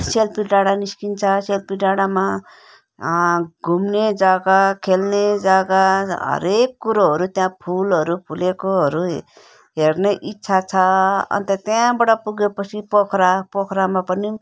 selfie डाँडा निस्किन्छ selfie डाँडामा घुम्ने जग्गा खेल्ने जग्गा हरेक कुरोहरू त्यहाँ फुलहरू फुलेकोहरू हेर्ने इच्छा छ अन्त त्यहाँबाट पुगेपछि पोखरा पोखरामा पनि